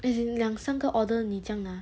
as in 两三个 order 你怎样拿